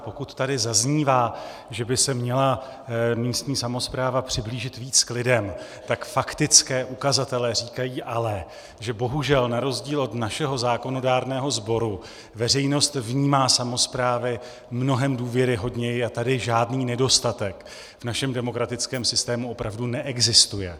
Pokud tady zaznívá, že by se měla místní samospráva přiblížit víc k lidem, tak faktické ukazatele říkají ale, že bohužel na rozdíl od našeho zákonodárného sboru veřejnost vnímá samosprávy mnohem důvěryhodněji a tady žádný nedostatek v našem demokratickém systému opravdu neexistuje.